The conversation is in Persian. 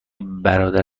برادر